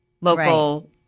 local